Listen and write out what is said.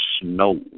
snow